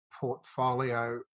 portfolio